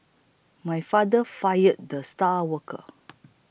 my father fired the star worker